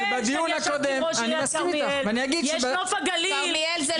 יש נוף הגליל,